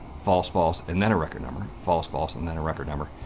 false false, and then a record number, false false, and then a record number.